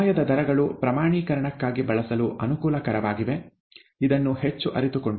ಸಮಯದ ದರಗಳು ಪ್ರಮಾಣೀಕರಣಕ್ಕಾಗಿ ಬಳಸಲು ಅನುಕೂಲಕರವಾಗಿವೆ ಇದನ್ನು ಹೆಚ್ಚು ಅರಿತುಕೊಂಡಿಲ್ಲ